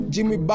Jimmy